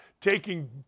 taking